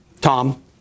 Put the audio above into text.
Tom